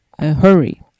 hurry